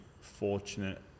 fortunate